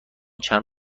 چند